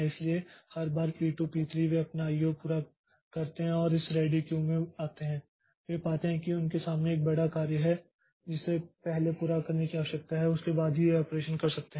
इसलिए हर बार पी2 पी3 वे अपना आईओ पूरा करते हैं और इस रेडी क्यू में आते हैं वे पाते हैं कि उनके सामने एक बड़ा कार्य है जिसे पहले पूरा करने की आवश्यकता है उसके बाद ही यह ऑपरेशन कर सकते हैं